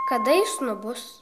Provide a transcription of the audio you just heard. kada jis nubus